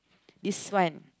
is fun